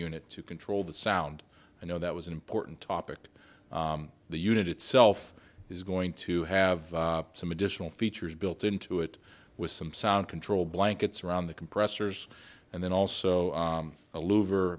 unit to control the sound you know that was an important topic the unit itself is going to have some additional features built into it with some sound control blankets around the compressors and then also a louver